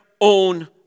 own